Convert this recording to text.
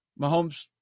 Mahomes